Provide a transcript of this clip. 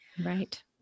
Right